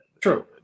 True